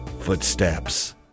footsteps